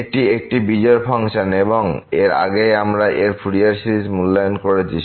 এটি একটি বিজোড় ফাংশন এবং এর আগেই আমরা এর ফুরিয়ার সিরিজ মূল্যায়ন করেছি